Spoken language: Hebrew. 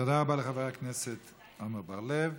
תודה רבה לחבר הכנסת עמר בר-לב.